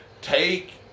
Take